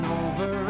over